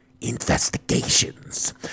investigations